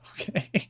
okay